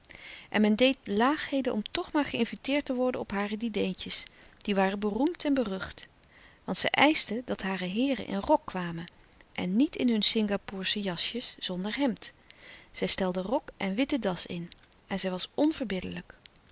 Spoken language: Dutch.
en men deed laagheden om toch maar geïnviteerd te worden op hare dinertjes die waren beroemd en berucht want zij eischte dat hare heeren in rok kwamen en niet in hun singaporesche jasjes zonder hemd zij stelde rok en witte das in en zij was onverbiddelijk